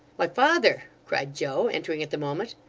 why, father cried joe, entering at the moment,